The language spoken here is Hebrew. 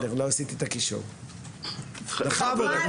בכבוד,